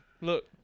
Look